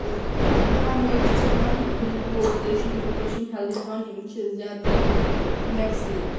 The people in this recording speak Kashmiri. فارمٲرس چھِ تھاوان یِم پولٹری چھِ یِم کِتھ پٲٹھۍ چھِ یِم ہیلدی تھاوان یِم چھِ زیادٕ تَر یِمن ویکسین